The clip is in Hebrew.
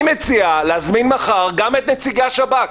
אני מציע להזמין מחר גם את נציגי השב"כ,